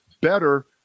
better